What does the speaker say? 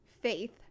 faith